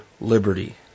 liberty